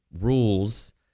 rules